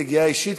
נגיעה אישית,